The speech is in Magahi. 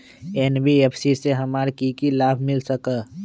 एन.बी.एफ.सी से हमार की की लाभ मिल सक?